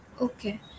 okay